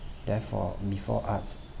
therefore before arts